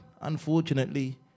unfortunately